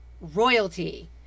royalty